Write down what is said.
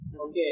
okay